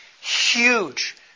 Huge